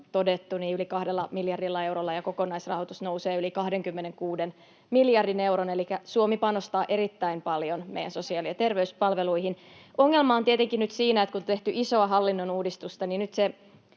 todettu, yli kahdella miljardilla eurolla, ja kokonaisrahoitus nousee yli 26 miljardin euron, elikkä Suomi panostaa erittäin paljon meidän sosiaali- ja terveyspalveluihin. Ongelma on tietenkin nyt siinä, että kun on tehty isoa hallinnon uudistusta, niin nyt se